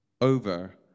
over